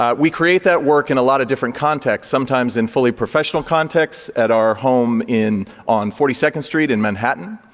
um we create that work in a lot of different contexts. sometimes, in fully professional contexts at our home on forty second street in manhattan.